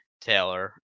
Taylor